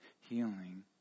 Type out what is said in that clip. healing